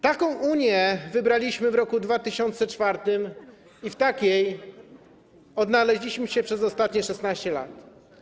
Taką Unię wybraliśmy w roku 2004 i w takiej odnaleźliśmy się przez ostatnie 16 lat.